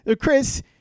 Chris